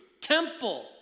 temple